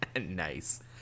Nice